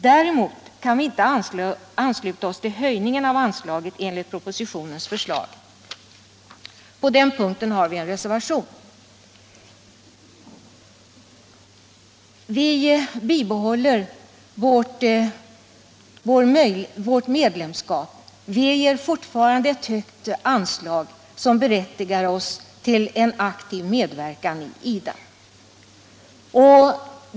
Däremot kan vi inte ansluta oss till höjningen av anslaget enligt propositionens förslag. På den punkten har vi en reservation. Vi bibehåller vårt medlemskap. Vi ger fortfarande ett högt anslag, som berättigar oss till en aktiv medverkan i IDA.